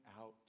out